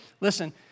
listen